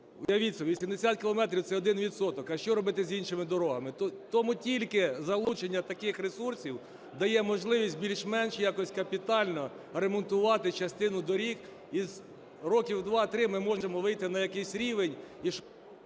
уявіть собі, 80 кілометрів – це 1 відсоток. А що робити з іншими дорогами? Тому тільки залучення таких ресурсів дає можливість більш-менш якось капітально ремонтувати частину доріг і з років 2-3 ми можемо вийти на якийсь рівень,і...